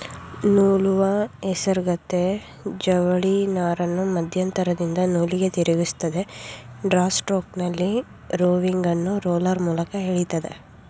ನೂಲುವ ಹೇಸರಗತ್ತೆ ಜವಳಿನಾರನ್ನು ಮಧ್ಯಂತರದಿಂದ ನೂಲಿಗೆ ತಿರುಗಿಸ್ತದೆ ಡ್ರಾ ಸ್ಟ್ರೋಕ್ನಲ್ಲಿ ರೋವಿಂಗನ್ನು ರೋಲರ್ ಮೂಲಕ ಎಳಿತದೆ